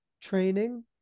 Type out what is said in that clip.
training